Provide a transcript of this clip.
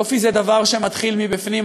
יופי זה דבר שמתחיל מבפנים.